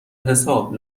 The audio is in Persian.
حساب